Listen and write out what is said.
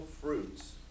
fruits